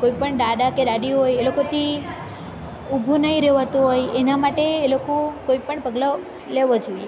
કોઈપણ દાદા કે દાદી હોય એ લોકોથી ઊભું નહીં રેવાતું હોય એના માટે એ લોકો કોઈપણ પગલાં લેવાં જોઈએ